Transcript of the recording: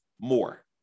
more